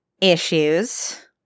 issues